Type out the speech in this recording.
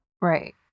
Right